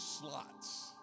slots